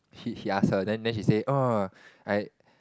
he he ask her then then she say oh I